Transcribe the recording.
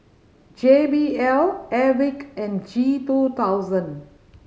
J B L Airwick and G two thousand